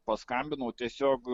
paskambinau tiesiog